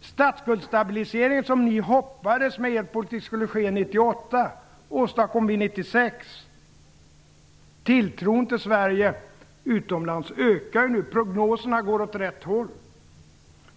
Statskuldsstabiliseringen, som ni med er politik hoppades skulle ske 1998, åstadkommer vi 1996. Tilltron till Sverige utomlands ökar nu. Prognoserna går åt rätt håll.